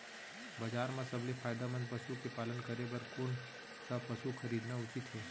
बजार म सबसे फायदामंद पसु के पालन करे बर कोन स पसु खरीदना उचित हे?